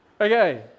Okay